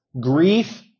grief